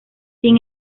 sin